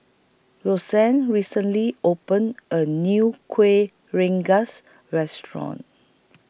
Rosann recently opened A New Kueh Rengas Restaurant